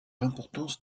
importance